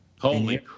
Holy